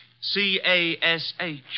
C-A-S-H